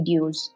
videos